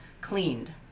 cleaned